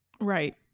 Right